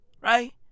right